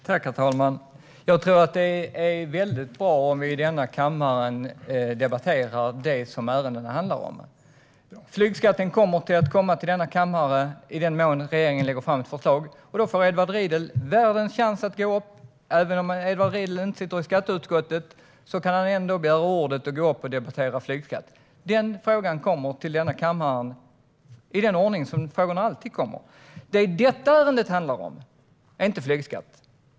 Herr talman! Jag tror att det är väldigt bra om vi i denna kammare debatterar det som ärendena handlar om. Flygskatten kommer att komma till denna kammare i den mån regeringen lägger fram förslag. Då får Edward Riedl världens chans. Även om han inte sitter i skatteutskottet kan han då begära ordet och gå upp och debattera flygskatt. Den frågan kommer till denna kammare i den ordning som frågorna alltid kommer. Det detta ärende handlar om är inte flygskatt.